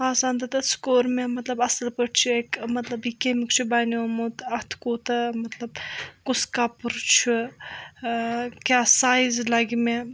آسان تہِ تَس کوٚر مےٚ مطلب اصٕل پٲٹھۍ چیک مطلب یہِ کَمیُک چھُ بنیٛومُت اَتھ کوٗتاہ مطلب کُس کَپُر چھُ کیٛاہ سایِز لَگہِ مےٚ